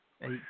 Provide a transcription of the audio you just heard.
Eight